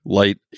light